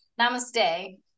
Namaste